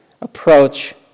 approach